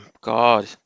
God